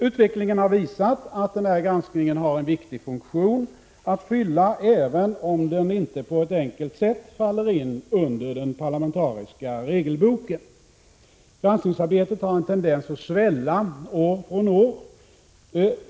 Utvecklingen har visat att granskningen har en viktig funktion att fylla, även om den inte på ett enkelt sätt faller in under den parlamentariska regelboken. Granskningsarbetet har en tendens att svälla år från år.